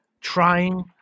trying